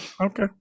Okay